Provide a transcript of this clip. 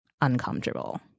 uncomfortable